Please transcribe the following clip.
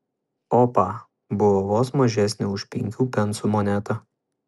opa buvo vos mažesnė už penkių pensų monetą